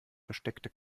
versteckte